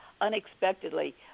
unexpectedly